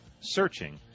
searching